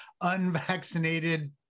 unvaccinated